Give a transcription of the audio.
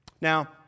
Now